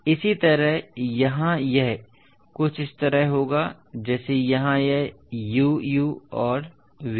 इसी तरह यहाँ यह कुछ इस तरह होगा जैसे यहाँ यह u u और v v